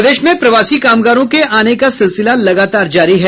प्रदेश में प्रवासी कामगारों के आने का सिलसिला लगातार जारी है